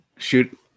Shoot